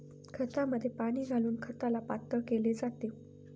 खतामध्ये पाणी घालून खताला पातळ केले जाते